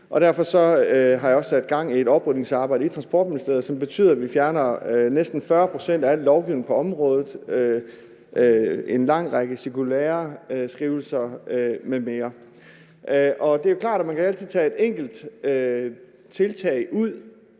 Derfor har jeg også sat gang i et oprydningsarbejde i Transportministeriet, som betyder, at vi fjerner næsten 40 pct. af al lovgivning på området, en lang række cirkulæreskrivelser m.m. Det er klart, at man altid kan tage et enkelt tiltag ud